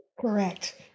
Correct